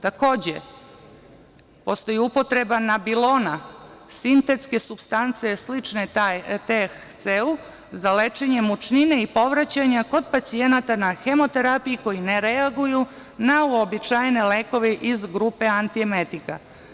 Takođe, postoji upotreba „nabilona“, sintetske supstance slične THC-u za lečenje mučnine i povraćanje kod pacijenata na hemoterapiji koji ne reaguju na uobičajene lekove iz grupe antiemetika.